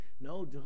No